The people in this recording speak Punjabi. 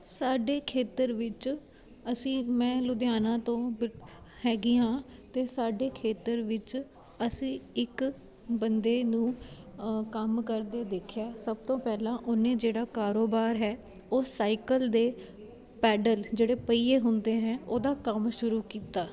ਸਾਡੇ ਖੇਤਰ ਵਿੱਚ ਅਸੀਂ ਮੈਂ ਲੁਧਿਆਨਾ ਤੋਂ ਹੈਗੀ ਹਾਂ ਤੇ ਸਾਡੇ ਖੇਤਰ ਵਿੱਚ ਅਸੀਂ ਇੱਕ ਬੰਦੇ ਨੂੰ ਕੰਮ ਕਰਦੇ ਦੇਖਿਆ ਸਭ ਤੋਂ ਪਹਿਲਾਂ ਉਹਨੇ ਜਿਹੜਾ ਕਾਰੋਬਾਰ ਹੈ ਉਹ ਸਾਈਕਲ ਦੇ ਪੈਡਲ ਜਿਹੜੇ ਪਈਏ ਹੁੰਦੇ ਹੈ ਉਹਦਾ ਕੰਮ ਸ਼ੁਰੂ ਕੀਤਾ